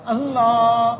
Allah